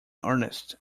earnest